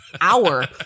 hour